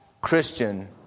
Christian